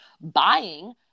buying